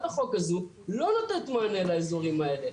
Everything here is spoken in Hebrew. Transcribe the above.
החוק הזו לא נותנת מענה לאזורים האלה.